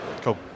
Cool